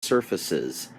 surfaces